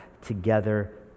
together